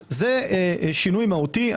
זה שינוי מהותי.